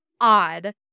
odd